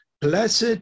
Blessed